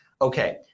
Okay